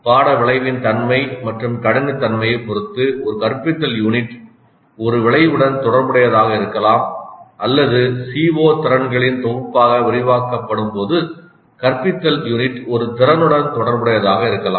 பாட விளைவின் தன்மை மற்றும் கடின தன்மையைப் பொறுத்து ஒரு கற்பித்தல் யூனிட் ஒரு விளைவுடன் தொடர்புடையதாக இருக்கலாம் அல்லது CO திறன்களின் தொகுப்பாக விரிவாக்கப்படும்போது கற்பித்தல் யூனிட் ஒரு திறனுடன் தொடர்புடையதாக இருக்கலாம்